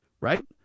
right